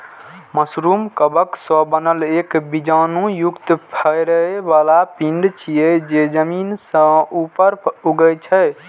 mushroom कवक सं बनल एक बीजाणु युक्त फरै बला पिंड छियै, जे जमीन सं ऊपर उगै छै